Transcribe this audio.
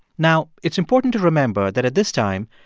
now, it's important to remember that at this time,